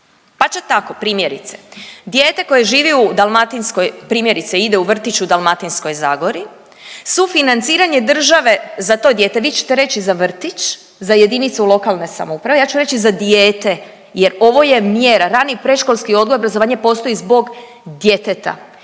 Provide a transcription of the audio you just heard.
pa će tako primjerice dijete koje živi u Dalmatinskoj, primjerice ide u vrtić u Dalmatinskoj zagori, sufinanciranje države za to dijete, vi ćete reći za vrtić, za JLS, ja ću reći za dijete jer ovo je mjera, rani i predškolski odgoj i obrazovanje postoji zbog djeteta